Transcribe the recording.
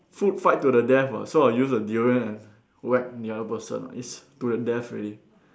food fight to the death [what] so I'll use a durian as whack the other person it's to the death already